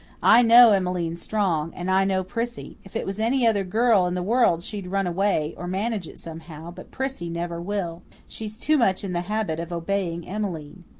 i know emmeline strong. and i know prissy. if it was any other girl in the world she'd run away, or manage it somehow, but prissy never will. she's too much in the habit of obeying emmeline.